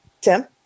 Tim